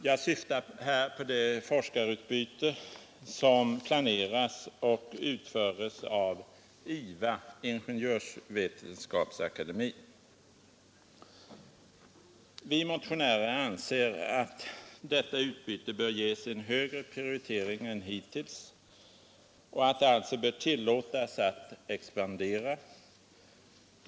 Jag syftar här på det forskarutbyte som planeras och utföres av Ingenjörsvetenskapsakademien, IVA. Vi motionärer anser att detta utbyte bör ges en högre prioritering än hittills och att det alltså bör tillåtas att expandera.